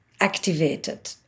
activated